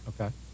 Okay